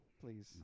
Please